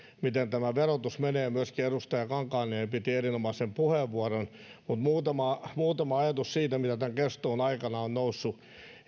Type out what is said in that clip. miten tämä verotus menee myöskin edustaja kankaanniemi piti erinomaisen puheenvuoron mutta muutama ajatus siitä mitä tämän keskustelun aikana on noussut